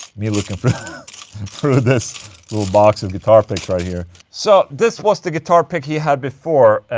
me looking through this little box with guitar picks right here. so this was the guitar pick he had before